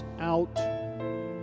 out